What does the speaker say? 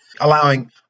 allowing